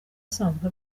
asanzwe